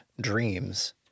dreams